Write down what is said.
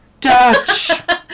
Dutch